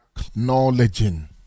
Acknowledging